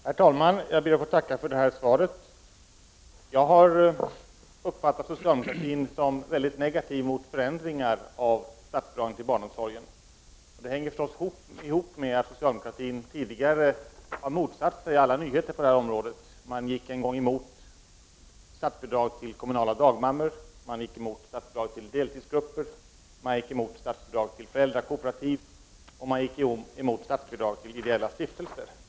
Herr talman! Jag ber att få tacka för det här svaret. Jag har uppfattat socialdemokratin som mycket negativ mot förändringar av statsbidragen till barnomsorgen. Det hänger förstås ihop med att socialdemokratin tidigare har motsatt sig alla nyheter på det här området. Man gick en gång emot statsbidrag till kommunala dagmammor, man gick emot statsbidrag till deltidsgrupper, man gick emot statsbidrag till föräldrakooperativ och man gick emot statsbidrag till ideella stiftelser.